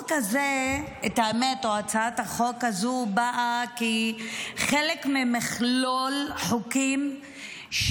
הצעת החוק הזאת באה כחלק ממכלול חוקים,